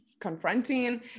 confronting